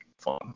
fun